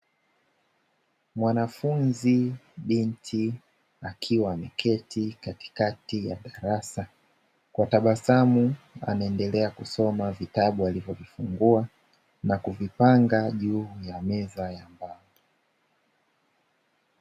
Mwanafunzi binti, akiwa ameketi katikati ya darasa kwa tabasamu, akiendelea kusoma vitabu alivyovifungua na kuvipanga juu ya meza ya mbao.